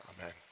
amen